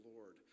Lord